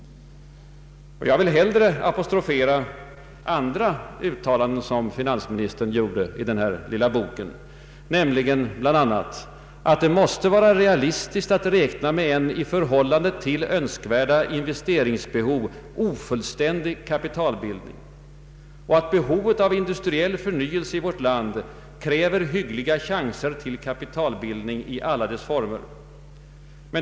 Jag vill hellre apostrofera andra uttalanden som finansministern gjorde i boken, nämligen bl.a. att det måste ”vara realistiskt att räkna med en i förhållande till önskvärda investeringsbehov ofullständig kapitalbildning” och att ”behovet av industriell förnyelse kräver hyggliga chanser till kapitalbildning i alla dess former”.